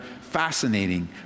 Fascinating